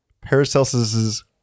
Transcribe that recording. Paracelsus's